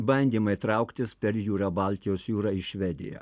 bandymai trauktis per jūrą baltijos jūrą į švediją